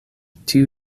tiu